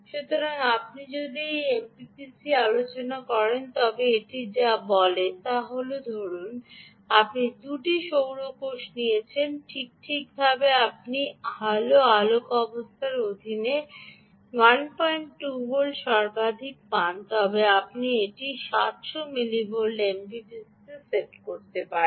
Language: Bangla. সুতরাং আপনি যদি এমপিপিসিতে আলোচনা করেন তবে এটি যা বলে তা হল ধরুন আপনি 2 সৌর কোষ নিয়েছেন ঠিকঠাকভাবে আপনি ভাল আলোক অবস্থার অধীনে 12 ভোল্ট সর্বাধিক পান তবে আপনি এটি 700 মিলিভোল্ট এমপিপিসিতে সেট করতে পারেন